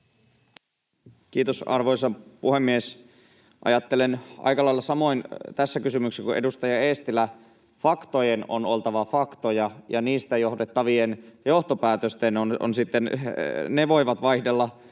Kiitos, arvoisa puhemies! Ajattelen aika lailla samoin tässä kysymyksessä kuin edustaja Eestilä: faktojen on oltava faktoja, ja niistä johdettavat johtopäätökset sitten voivat vaihdella